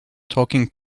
talking